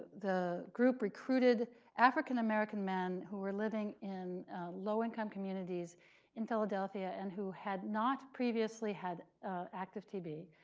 the group recruited african-american men who were living in low-income communities in philadelphia, and who had not previously had active tb.